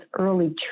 early